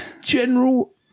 general